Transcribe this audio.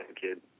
kid